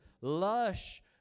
lush